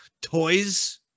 Toys